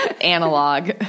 analog